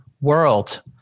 world